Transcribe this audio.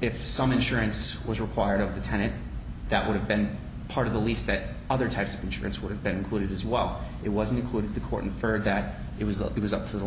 if some insurance was required of the tenet that would have been part of the lease that other types of insurance would have been included as well it wasn't included the court inferred that it was that he was up for the